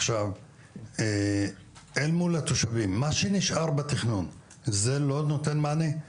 אל מול התושבים מה שנשאר בתכנון זה לא נותן מענה?